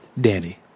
Danny